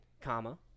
comma